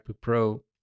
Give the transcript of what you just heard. Pro